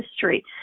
history